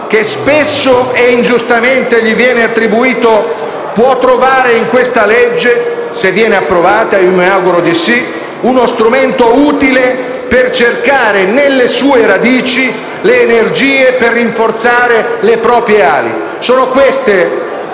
che, spesso e ingiustamente, gli viene attribuito, può trovare in questo testo - se verrà approvato ed io me lo auguro - uno strumento utile per cercare nelle sue radici le energie per rinforzare le proprie ali. Sono queste,